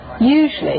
usually